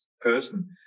person